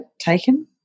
taken